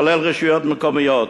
כולל רשויות מקומיות,